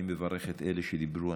אני מברך את אלה שדיברו.